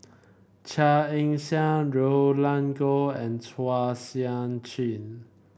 Chia Ann Siang Roland Goh and Chua Sian Chin